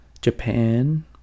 Japan